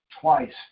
twice